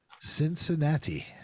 Cincinnati